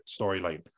storyline